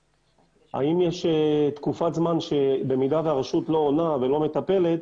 האם יש תקופת זמן שבמידה והרשות לא עונה ולא מטפלת,